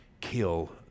kill